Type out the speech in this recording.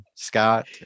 Scott